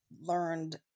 learned